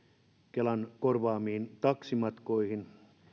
kelan korvaamiin taksimatkoihin